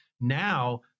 Now